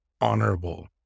honorable